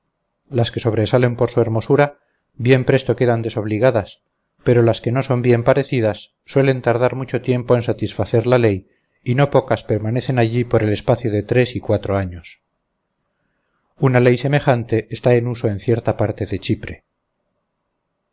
las que sobresalen por su hermosura bien presto quedan desobligadas pero las que no son bien parecidas suelen tardar mucho tiempo en satisfacer a la ley y no pocas permanecen allí por el espacio de tres y cuatro años una ley semejante está en uso en cierta parte de chipre